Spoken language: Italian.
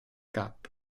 cap